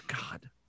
God